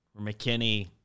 McKinney